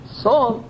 soul